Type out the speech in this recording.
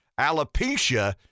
Alopecia